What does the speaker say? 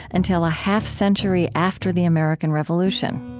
until a half century after the american revolution.